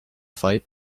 fight